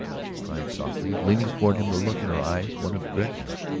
she cried softly, leaning toward him, the look in her eyes one of dread now.